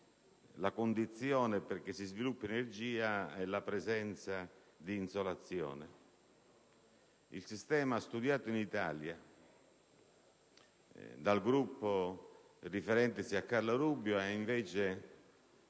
la condizione perché si sviluppi energia è la presenza di insolazione. Il sistema studiato in Italia dal gruppo riferentesi a Carlo Rubbia ha infatti